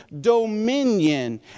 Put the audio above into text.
dominion